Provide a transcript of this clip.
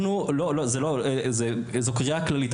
זו קריאה כללית.